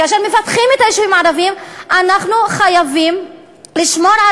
כאשר מפתחים את היישובים הערביים אנחנו חייבים לשמור על